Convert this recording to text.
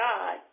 God